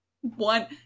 One